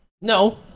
No